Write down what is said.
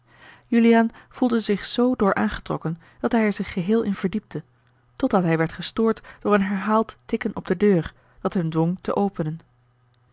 voelde er zich z door aangetrokken dat hij er zich geheel in verdiepte totdat hij werd gestoord door een herhaald tikken op de deur dat hem dwong te openen